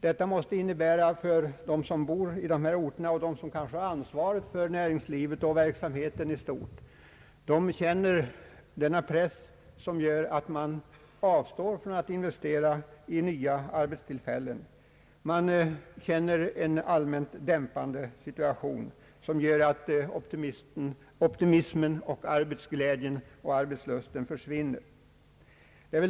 Detta måste för dem som bor i dessa områden och kanske har ansvaret för näringslivet och verksamheten där i stort innebära att de känner en press på sig och avstår från att investera i nya arbetstillfällen. Denna dämpning gör att optimismen, arbetsglädjen och arbetslusten försvinner.